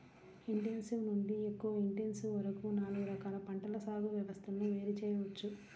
intensive నుండి ఎక్కువ intensive వరకు నాలుగు రకాల పంటల సాగు వ్యవస్థలను వేరు చేయవచ్చు